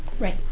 Right